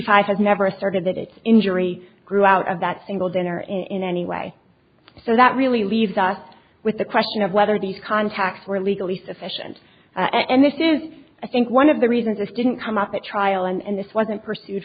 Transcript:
fi has never asserted that its injury grew out of that single dinner in any way so that really leaves us with the question of whether these contacts were legally sufficient and this is i think one of the reasons this didn't come up at trial and this wasn't pursued